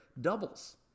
doubles